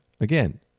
Again